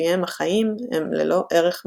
לפיהם החיים הם ללא ערך מהותי,